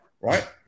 right